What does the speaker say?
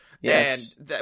Yes